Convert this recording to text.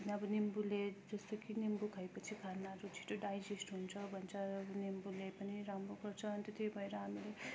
अनि अब निम्बुले जस्तो कि निम्बु खाएपछि खानाहरू छिटो डाइजेस्ट हुन्छ भन्छ निम्बुले पनि राम्रो गर्छ अन्त त्यही भएर हामीले